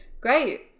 Great